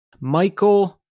Michael